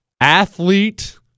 athlete